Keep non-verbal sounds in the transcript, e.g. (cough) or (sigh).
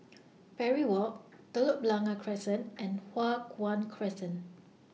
(noise) Parry Walk Telok Blangah Crescent and Hua Guan Crescent